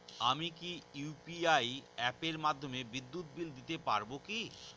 আমি কি ইউ.পি.আই অ্যাপের মাধ্যমে বিদ্যুৎ বিল দিতে পারবো কি?